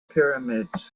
pyramids